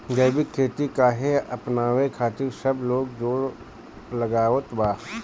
जैविक खेती काहे अपनावे खातिर सब लोग जोड़ लगावत बा?